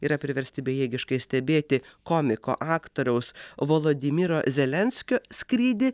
yra priversti bejėgiškai stebėti komiko aktoriaus volodymiro zelenskio skrydį